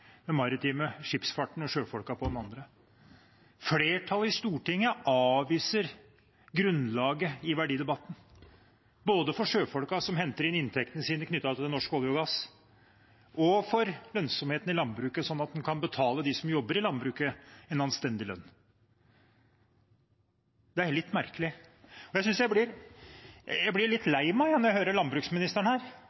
den ene siden og den maritime med skipsfarten og sjøfolka på den andre. Flertallet i Stortinget avviser grunnlaget i verdidebatten, både for sjøfolka som henter inn inntektene sine knyttet til norsk olje og gass, og for lønnsomheten i landbruket sånn at en kan betale dem som jobber i landbruket, en anstendig lønn. Det er litt merkelig. Jeg blir litt lei meg når jeg